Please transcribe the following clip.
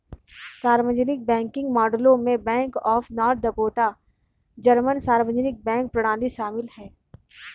सार्वजनिक बैंकिंग मॉडलों में bank of North Dakota German सार्वजनिक बैंक प्रणाली शामिल है